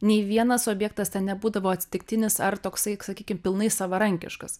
nei vienas objektas ten nebūdavo atsitiktinis ar toksai sakykim pilnai savarankiškas